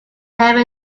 never